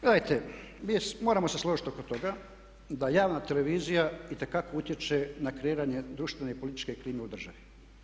Gledajte, jest, moramo se složiti oko toga da javna televizija itekako utječe na kreiranje društvene i političke klime u državi.